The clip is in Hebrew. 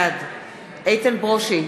בעד איתן ברושי,